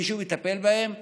מישהו מטפל בהם?